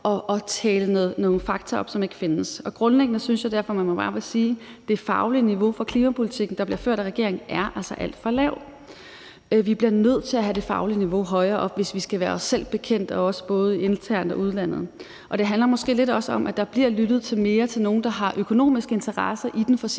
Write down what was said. at tale nogle fakta op, som ikke findes. Grundlæggende synes jeg derfor, man bare må sige, at det faglige niveau for den klimapolitik, der bliver ført af regeringen, altså er alt for lav. Vi bliver nødt til at have det faglige niveau højere op, hvis vi skal være os selv bekendt både internt og i udlandet. Det handler måske også lidt om, at der bliver lyttet mere til nogle, der har økonomiske interesser i den fossile